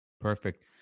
Perfect